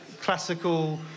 classical